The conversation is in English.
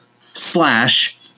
slash